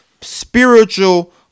spiritual